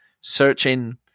searching